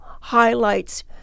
highlights